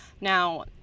Now